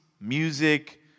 music